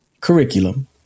curriculum